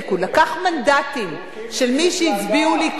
לקח מנדטים של מי שהצביעו ליכוד,